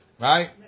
Right